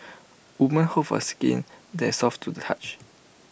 women hope for A skin that's soft to the touch